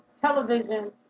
television